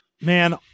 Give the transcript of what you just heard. man